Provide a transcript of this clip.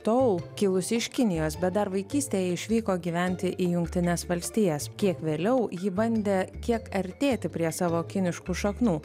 tu kilusi iš kinijos bet dar vaikystėje išvyko gyventi į jungtines valstijas kiek vėliau ji bandė kiek artėti prie savo kiniškų šaknų